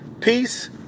Peace